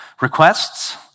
requests